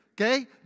Okay